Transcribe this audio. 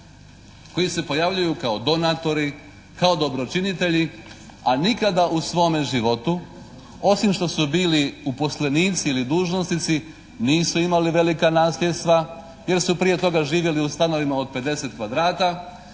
koji se pojavljuju kao donatori, kao dobročinitelji, a nikada u svome životu, osim što su bili uposlenici ili dužnosnici nisu imali velika nasljedstva jer su prije toga živjeti u stanovima od 50 kvadrata